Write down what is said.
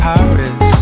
Paris